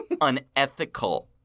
unethical